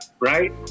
right